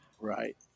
Right